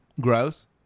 Gross